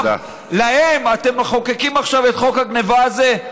ולהם אתם מחוקקים עכשיו את חוק הגנבה הזה?